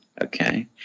okay